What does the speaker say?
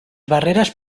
barreras